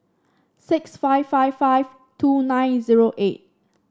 six five five five two nine zero eight